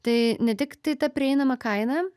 tai ne tiktai ta prieinama kaina